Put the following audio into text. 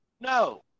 No